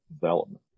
development